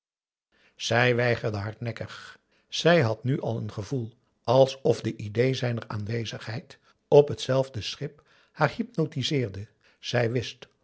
zij weigerde hardnekkig zij had nu al een gevoel alsof de idée zijner aanwezigheid op hetzelfde schip haar hypnotiseerde zij wist